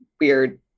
weird